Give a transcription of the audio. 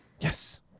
Yes